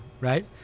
right